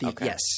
Yes